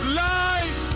life